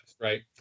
right